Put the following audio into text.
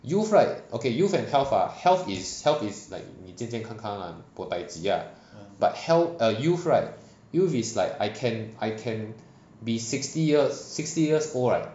youth right okay youth and health ah health is health is like 你健健康康 lah bo dai ji ya but heal~ err youth right youth is like I can I can be sixty years sixty years old right